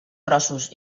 grossos